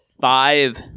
Five